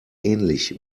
ähnlich